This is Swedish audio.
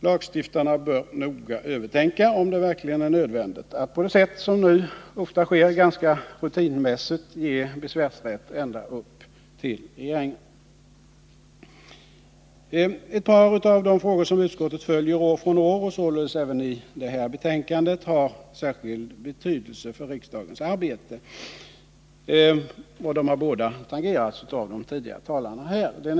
Lagstiftarna bör noga övertänka om det verkligen är nödvändigt att, som nu ofta sker, ganska rutinmässigt ge besvärsrätt ända upp till regeringen. Ett par av de frågor som utskottet följer år från år, och således även i detta betänkande, har särskild betydelse för riksdagens arbete, och de har båda tangerats av de tidigare talarna här i dag.